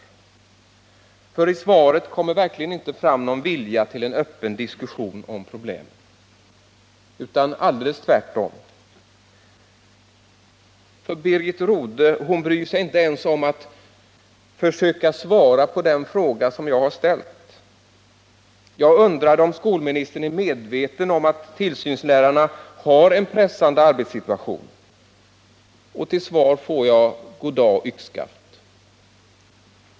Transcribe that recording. I svaret kommer verkligen inte fram någon vilja till en öppen diskussion om problemen, utan alldeles tvärtom. Birgit Rodhe bryr sig inte ens om att försöka svara på den fråga jag har ställt. Jag undrade, om skolministern är medveten om att tillsynslärarna har en pressande arbetssituation. Till svar får jag goddag — yxskaft.